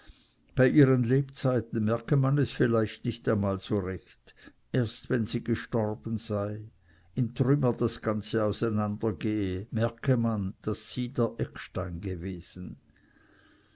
bei ihren lebzeiten merke man es vielleicht nicht einmal so recht erst wenn sie gestorben sei in trümmer das ganze auseinandergehe merke man daß sie der eckstein gewesen